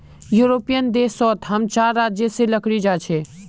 European देश सोत हम चार राज्य से लकड़ी जा छे